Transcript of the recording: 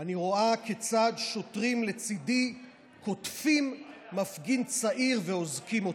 אני רואה כיצד שוטרים לצידי קוטפים מפגין צעיר ואוזקים אותו.